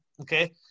okay